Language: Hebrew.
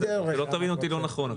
שלא תבין אותי לא נכון.